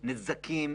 נזקים,